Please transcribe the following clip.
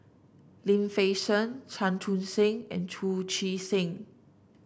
Lim Fei Shen Chan Chun Sing and Chu Chee Seng